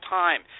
time